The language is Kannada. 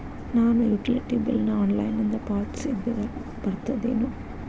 ನಾನು ಯುಟಿಲಿಟಿ ಬಿಲ್ ನ ಆನ್ಲೈನಿಂದ ಪಾವತಿಸಿದ್ರ ಬರ್ತದೇನು?